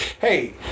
hey